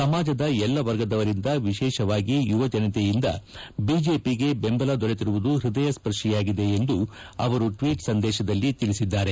ಸಮಾಜದ ಎಲ್ಲ ವರ್ಗದವರಿಂದ ವಿಶೇಷವಾಗಿ ಯುವ ಜನತೆಯಿಂದ ಬಿಜೆಪಿಗೆ ಬೆಂಬಲ ದೊರೆತಿರುವುದು ಹ್ಬದಯಸ್ವರ್ಶಿಯಾಗಿದೆ ಎಂದು ಅವರು ಟ್ವೀಟ್ ಸಂದೇಶದಲ್ಲಿ ಹೇಳಿದ್ದಾರೆ